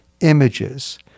images